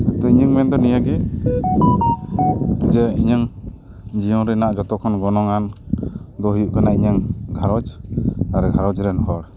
ᱛᱚ ᱤᱧᱟᱹᱝ ᱢᱮᱱ ᱫᱚ ᱱᱤᱭᱟᱹ ᱜᱮ ᱡᱮ ᱤᱧᱟᱹᱝ ᱡᱤᱭᱚᱱ ᱨᱮᱱᱟᱜ ᱡᱚᱛᱚ ᱠᱷᱚᱱ ᱜᱚᱱᱚᱝ ᱟᱱ ᱫᱚ ᱦᱩᱭᱩᱜ ᱠᱟᱱᱟ ᱤᱧᱟᱹᱝ ᱜᱷᱟᱨᱚᱸᱡᱽ ᱟᱨ ᱜᱷᱟᱨᱚᱸᱡᱽ ᱨᱮᱱ ᱦᱚᱲ